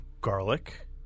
garlic